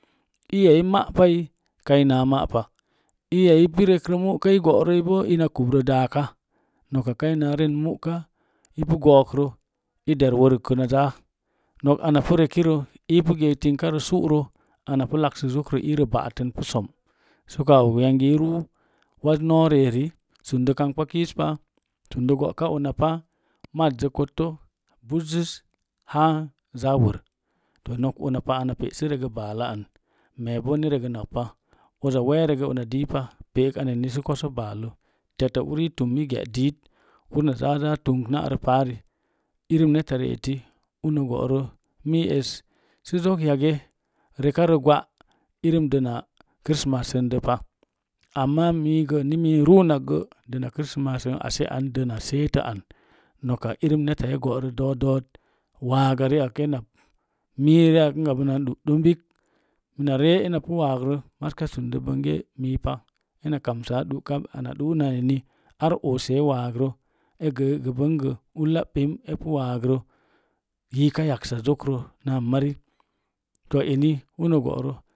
Iya i ma'pai kaina ma'pa iya l go'roi bo ina kubro daakai der wərkə na zaa nok ana purekiro ii ipu geek tingrə su'ro ana laksək zokro iirə ba'atən pu som a og yangi ruu i noo re eri i sunde kamɓa kiiz pa ona paa mazzə kotto buzzəz har zaa wər to nok ona pa ina pe'sə regə baalə an mee bo na regnnakpa. Uza wee regə ona diipa pe'ek ana eni sə koso ballə teta uri tum i ge’ diit ur na zaa zaa tumɓ na'rə paari irin hettarieti uno go'rə mii es sə zok yage rekarə gwa’ irin dəna kristmassəndə pa amma mii ni mii ruunaggə dəna kristmassən assean dəna see an noka irin netta e go’ dodoot waaga ri ak e nab mii ri ak gabən ak i ɗu'ɗun bik mina ree ena pu waagrə mazka sundə bonge miizipa ena kamsa du'ka du'unna ena ar oose waagre e gə gəbəngə ulla ɓim epu waagrə yiika yaksa zokko naa mari